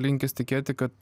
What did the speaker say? linkęs tikėti kad